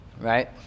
Right